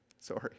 Sorry